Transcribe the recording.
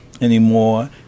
anymore